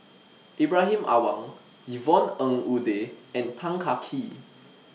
Ibrahim Awang Yvonne Ng Uhde and Tan Kah Kee